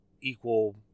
equal